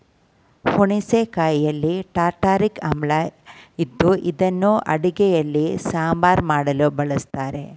ಹುಣಸೆ ಕಾಯಿಯಲ್ಲಿ ಟಾರ್ಟಾರಿಕ್ ಆಮ್ಲ ಇದ್ದು ಇದನ್ನು ಅಡುಗೆಯಲ್ಲಿ ಸಾಂಬಾರ್ ಮಾಡಲು ಬಳಸ್ತರೆ